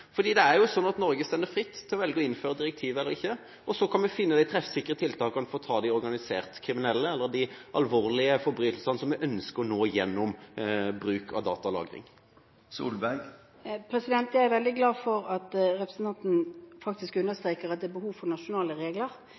jo fritt til å velge å innføre direktivet eller ikke. Så kan vi finne de treffsikre tiltakene for å ta de organiserte kriminelle eller de alvorlige forbrytelsene som vi ønsker å nå gjennom bruk av datalagring. Jeg er veldig glad for at representanten faktisk understreker at det er behov for nasjonale regler.